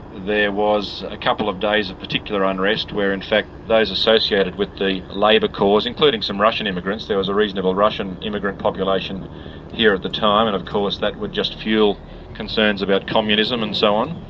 there was a couple of days of particular unrest where in fact those associated with the labor cause including some russian immigrants, there was a reasonable russian immigrant population here at the time, and of course that would just fuel concerns about communism and so on.